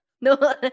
No